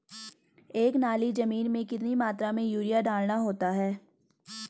एक नाली जमीन में कितनी मात्रा में यूरिया डालना होता है?